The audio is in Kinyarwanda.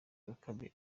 bakame